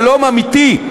שלום אמיתי,